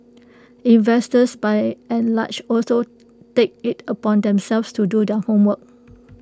investors by and large also take IT upon themselves to do their homework